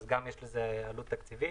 אז יש לזה גם עלות תקציבית.